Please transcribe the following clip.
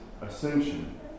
ascension